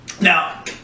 now